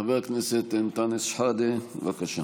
חבר הכנסת אנטאנס שחאדה, בבקשה.